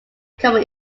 common